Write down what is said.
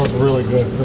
really